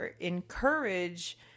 encourage